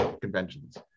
conventions